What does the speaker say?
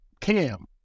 Cam